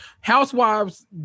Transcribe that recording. Housewives